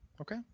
okay